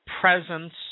presence